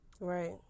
Right